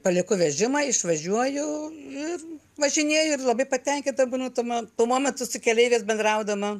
palieku vežimą išvažiuoju ir važinėju ir labai patenkinta būnu tuo mo tuo momentu su keleiviais bendraudama